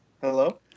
Hello